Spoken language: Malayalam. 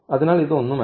അതിനാൽ ഇതൊന്നുമല്ല